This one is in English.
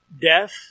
Death